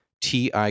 TI